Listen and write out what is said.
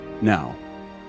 now